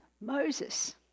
Moses